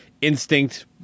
instinct